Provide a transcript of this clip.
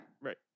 Right